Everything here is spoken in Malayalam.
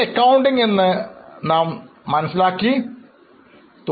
അക്കൌണ്ടിംഗ് എന്താണെന്ന് നമ്മൾ ഇതിനകം ചർച്ച ചെയ്തു